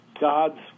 God's